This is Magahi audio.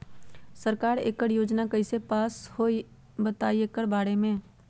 सरकार एकड़ योजना कईसे पास होई बताई एकर बारे मे?